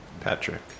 Patrick